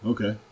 Okay